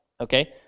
Okay